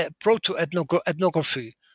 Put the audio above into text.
proto-ethnography